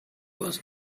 was